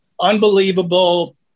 unbelievable